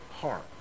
heart